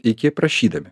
iki prašydami